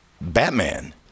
batman